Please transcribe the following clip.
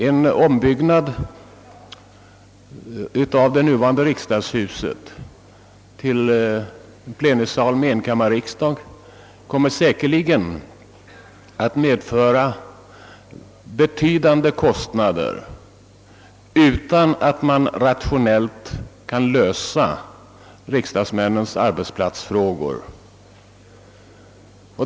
En ombyggnad av det nuvarande riksdagshuset till en byggnad med plenisal för en enkammarriksdag kommer säkerligen att medföra betydande kostnader utan att riksdagsmännens arbetsplatsproblem därmed rationellt löses.